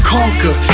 Conquer